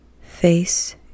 Face